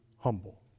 humble